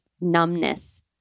numbness